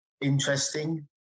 interesting